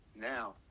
now